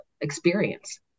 experience